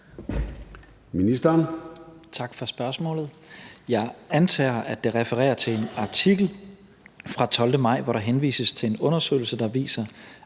Tesfaye): Tak for spørgsmålet. Jeg antager, at det refererer til en artikel fra den 12. maj, hvor der henvises til en undersøgelse, der viser,